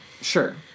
sure